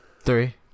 Three